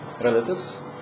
Relatives